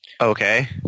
Okay